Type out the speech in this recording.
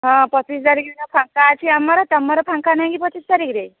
ହଁ ପଚିଶ ତାରିଖ ଦିନ ଫାଙ୍କା ଅଛି ଆମର ତୁମର ଫାଙ୍କା ନାହିଁ କି ପଚିଶ ତାରିଖରେ